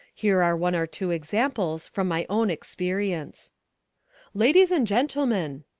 here are one or two examples from my own experience ladies and gentlemen,